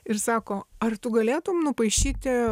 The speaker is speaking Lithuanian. ir sako ar tu galėtum nupaišyti